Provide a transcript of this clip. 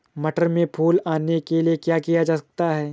मटर में फूल आने के लिए क्या किया जा सकता है?